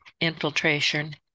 infiltration